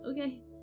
Okay